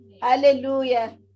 Hallelujah